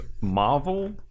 Marvel